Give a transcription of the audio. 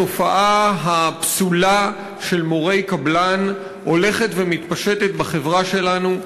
התופעה הפסולה של מורי קבלן הולכת מתפשטת בחברה שלנו,